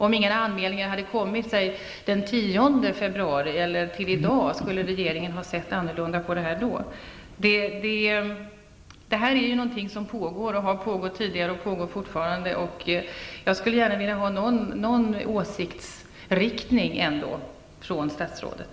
Om ingen anmälning hade kommit den 10 februari eller till i dag, skulle regeringen ha sett annorlunda på frågan? Det här är någonting som har pågått tidigare och pågår fortfarande, och jag skulle gärna vilja ha någon åsiktsriktning angiven från statsrådet.